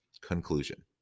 Conclusion